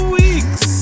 weeks